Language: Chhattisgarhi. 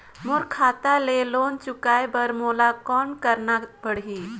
मोर खाता ले लोन चुकाय बर मोला कौन करना पड़ही?